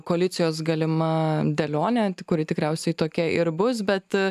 koalicijos galima dėlione kuri tikriausia tokia ir bus bet